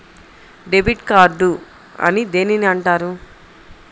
Debit card అని దేనిని అంటారు?